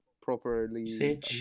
properly